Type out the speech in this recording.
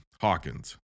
Hawkins